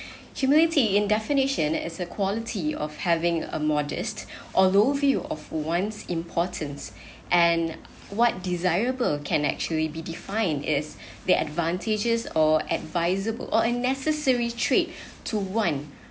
humility in definition as a quality of having a modest although view of one's importance and what desirable can actually be defined is the advantages or advisable or unnecessary trade to one